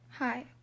Hi